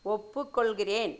ஒப்புக்கொள்கிறேன்